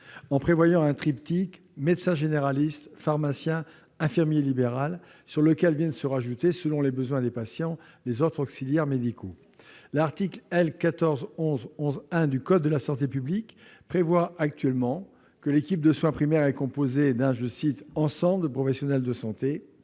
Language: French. en prévoyant un triptyque médecin généraliste, pharmacien et infirmier libéral, auquel viennent s'ajouter, selon les besoins des patients, les autres auxiliaires médicaux. L'article L. 1411-11-1 du code de la santé publique prévoit actuellement que l'ESP est composée d'un « ensemble de professionnels de santé ».